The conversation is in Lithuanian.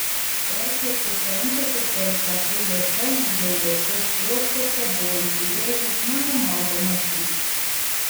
perkreiptuose antakiuose ir prakauliuose žiauriuose skruostuose buvo įsirėžęs nenumaldomas ryžtas